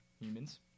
humans